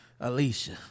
alicia